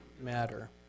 matter